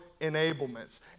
enablements